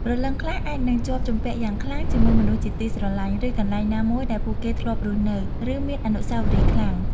ព្រលឹងខ្លះអាចនឹងជាប់ជំពាក់យ៉ាងខ្លាំងជាមួយមនុស្សជាទីស្រឡាញ់ ឬកន្លែងណាមួយដែលពួកគេធ្លាប់រស់នៅ ឬមានអនុស្សាវរីយ៍ខ្លាំង។